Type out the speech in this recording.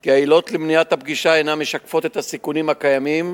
כי העילות למניעת הפגישה אינן משקפות את הסיכונים הקיימים